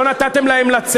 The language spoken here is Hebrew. וגם פלסטינים.